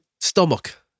stomach